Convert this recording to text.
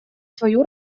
свою